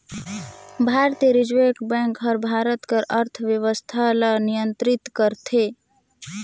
भारतीय reserve bank हर भारत कर अर्थबेवस्था ल नियंतरित करथे